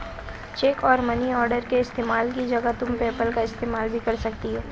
check और money order के इस्तेमाल की जगह तुम पेपैल का इस्तेमाल भी कर सकती हो